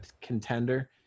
contender